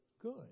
good